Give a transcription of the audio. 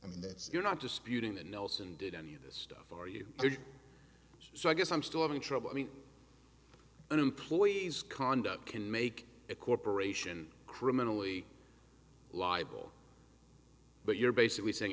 i mean that's you're not disputing that nelson did any of this stuff for you so i guess i'm still having trouble i mean an employee's conduct can make a corporation criminally liable but you're basically saying